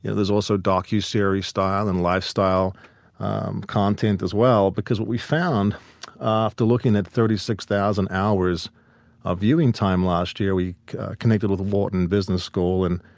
and there's also a docu-series style and lifestyle content as well, because what we found after looking at thirty six thousand hours of viewing time last year we connected with the wharton business school and